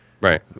Right